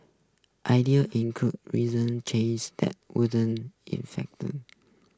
ideas included reason changes that wouldn't infect